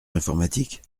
d’informatique